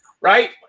right